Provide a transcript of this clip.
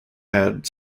had